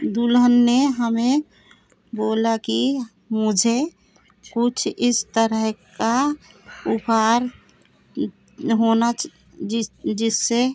दुल्हन ने हमें बोला कि मुझे कुछ इस तरह का उपहार होना जिस जिससे